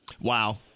Wow